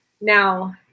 now